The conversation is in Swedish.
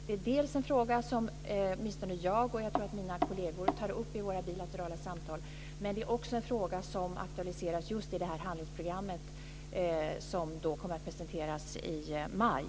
Det är en fråga som åtminstone jag och jag tror mina kollegor tar upp i våra bilaterala samtal. Men det är också en fråga som aktualiseras just i handlingsprogrammet som kommer att presenteras i maj.